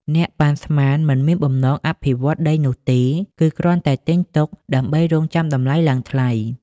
អ្នកប៉ាន់ស្មាន មិនមានបំណងអភិវឌ្ឍដីនោះទេ គឺគ្រាន់តែទិញទុកដើម្បីរង់ចាំតម្លៃឡើងថ្លៃ។